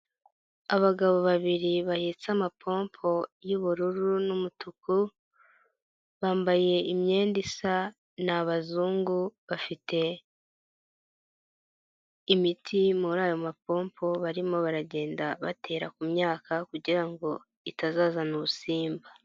Abagabo babiri bahetse amapompo y'ubururu n'umutuku, bambaye imyenda isa ni abazungu bafite imiti muri ayo mapompo barimo baragenda batera ku myaka kugira ngo itazazana ubusimba.